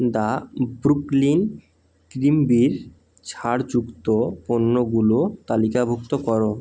the Brooklyn ক্রিম্বির ছাড়যুক্ত পণ্যগুলো তালিকাভুক্ত করো